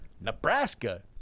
Nebraska